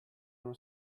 uno